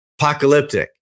apocalyptic